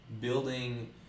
building